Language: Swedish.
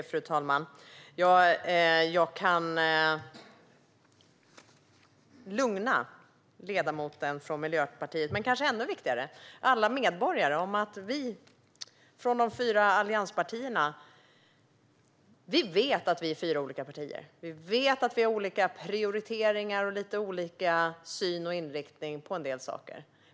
Fru talman! Jag kan lugna ledamoten från Miljöpartiet och alla medborgare, vilket kanske är ännu viktigare, om att vi i de fyra allianspartierna vet att vi är fyra olika partier. Vi vet att vi har olika prioriteringar och lite olika syn och inriktning på en del saker.